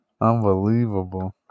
unbelievable